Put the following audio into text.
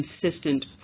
consistent